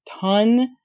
ton